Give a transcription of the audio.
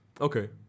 Okay